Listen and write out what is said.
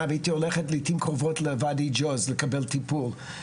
והייתי הולך לעתים קרובות לוואדי ג'וז לקבל טיפול.